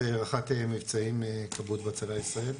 איציק עוז, רח"ט מבצעים בכיבוי והצלה ישראל,